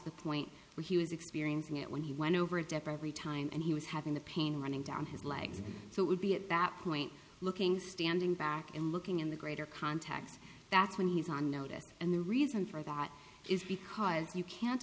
the point where he was experiencing it when he went over a definitely time and he was having the pain running down his leg so it would be at that point looking standing back and looking in the greater context that's when he's on notice and the reason for the hot is because you can't